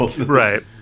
right